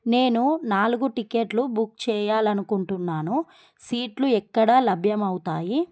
నేను నాలుగు టికెట్లు బుక్ చేయ్యాలనుకుంటున్నాను సీట్లు ఎక్కడ లభ్యం అవుతాయి